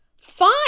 fine